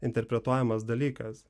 interpretuojamas dalykas